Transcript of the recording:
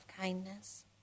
kindness